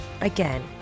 again